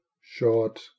short